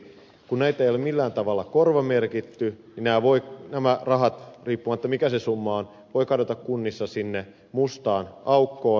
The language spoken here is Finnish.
kun näitä rahoja ei ole millään tavalla korvamerkitty ne voivat riippumatta siitä mikä se summa on kadota kunnissa sinne mustaan aukkoon